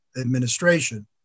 administration